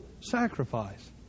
sacrifice